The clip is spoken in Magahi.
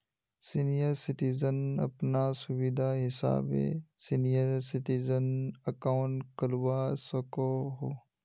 सीनियर सिटीजन अपना सुविधा हिसाबे सीनियर सिटीजन अकाउंट खोलवा सकोह